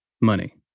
money